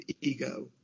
ego